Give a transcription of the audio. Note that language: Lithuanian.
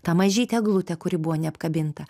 ta mažytė eglutę kuri buvo neapkabinta